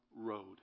road